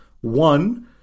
One